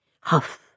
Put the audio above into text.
huff